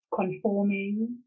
conforming